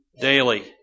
daily